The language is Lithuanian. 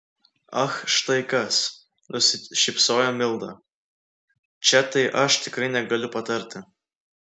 ach štai kas nusišypsojo milda čia tai aš tikrai negaliu patarti